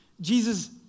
Jesus